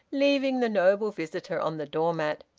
leaving the noble visitor on the door-mat.